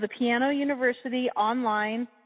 thepianouniversityonline